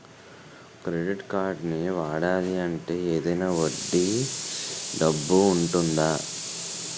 Credit కార్డ్ని వాడాలి అంటే ఏదైనా వడ్డీ డబ్బు ఉంటుందా?